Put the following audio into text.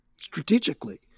strategically